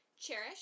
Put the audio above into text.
Cherish